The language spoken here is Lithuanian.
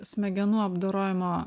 smegenų apdorojimo